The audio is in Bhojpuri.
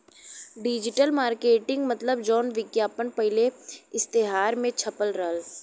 डिजिटल मरकेटिंग मतलब जौन विज्ञापन पहिले इश्तेहार मे छपल करला